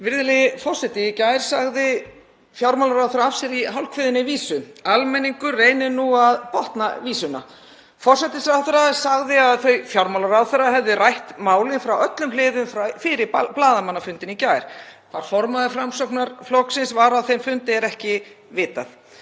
Virðulegi forseti. Í gær sagði fjármálaráðherra af sér í hálfkveðinni vísu. Almenningur reynir nú að botna vísuna. Forsætisráðherra sagði að þau fjármálaráðherra hefðu rætt málið frá öllum hliðum fyrir blaðamannafundinn í gær. Hvort formaður Framsóknarflokksins var á þeim fundi er ekki vitað.